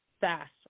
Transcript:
fast